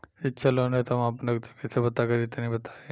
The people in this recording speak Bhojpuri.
शिक्षा लोन हेतु हम आपन योग्यता कइसे पता करि तनि बताई?